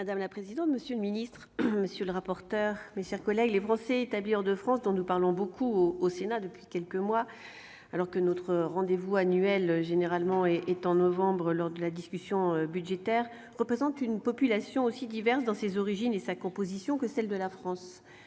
Madame la présidente, monsieur le secrétaire d'État, mes chers collègues, les Français établis hors de France, dont nous parlons beaucoup au Sénat depuis quelques mois, alors que notre rendez-vous annuel est généralement au mois de novembre lors de la discussion budgétaire, représentent une population aussi diverse dans ses origines et sa composition que celle de la France.